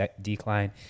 decline